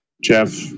Jeff